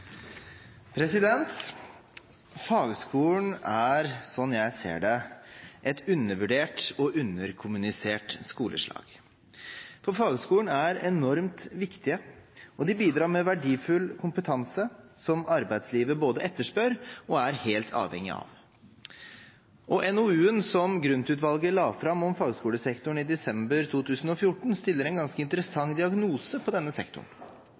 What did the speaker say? studentrettigheter. Fagskolen er, slik jeg ser det, et undervurdert og underkommunisert skoleslag. Fagskolene er enormt viktige, og de bidrar med verdifull kompetanse som arbeidslivet både etterspør og er helt avhengig av. NOU-en som Grund-utvalget la fram om fagskolesektoren i desember 2014, stiller en ganske interessant diagnose på denne sektoren,